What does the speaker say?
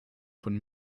von